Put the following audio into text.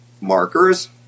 markers